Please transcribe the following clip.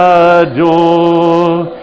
adore